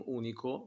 unico